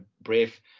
brief